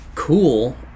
Cool